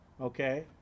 Okay